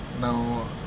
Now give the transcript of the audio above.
Now